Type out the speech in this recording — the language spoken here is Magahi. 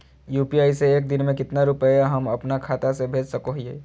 यू.पी.आई से एक दिन में कितना रुपैया हम अपन खाता से भेज सको हियय?